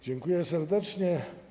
Dziękuję serdecznie.